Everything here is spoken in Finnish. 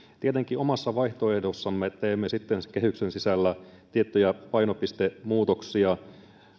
tietenkin omassa vaihtoehdossamme teemme sitten kehyksen sisällä tiettyjä painopistemuutoksia